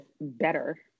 better